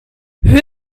who